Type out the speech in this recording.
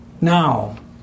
Now